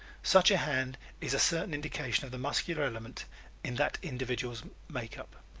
such a hand is a certain indication of the muscular element in that individual's makeup.